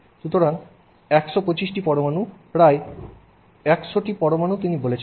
সুতরাং 125টি পরমাণু প্রায় 100 পরমাণু তিনি বলেছেন